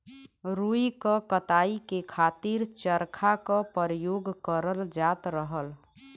रुई क कताई के खातिर चरखा क परयोग करल जात रहल